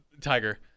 Tiger